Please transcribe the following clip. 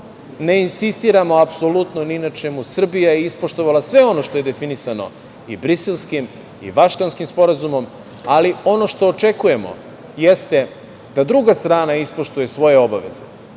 ne insistiramo apsolutno ni na čemu, Srbija je ispoštovala sve ono što je definisano i Briselskim i Vašingtonskim sporazumom. Ali, ono što očekujemo jeste da druga strana ispoštuje svoje obaveze,